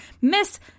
Miss